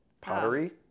Pottery